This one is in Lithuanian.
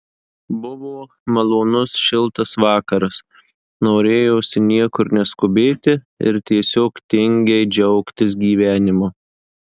buvo malonus šiltas vakaras norėjosi niekur neskubėti ir tiesiog tingiai džiaugtis gyvenimu